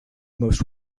most